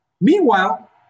Meanwhile